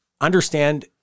understand